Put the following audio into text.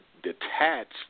Detached